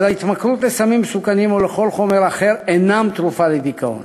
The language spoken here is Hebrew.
ההתמכרות לסמים מסוכנים או לכל חומר אחר אינה תרופה לדיכאון.